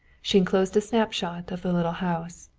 she enclosed a snapshot of the little house.